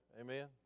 Amen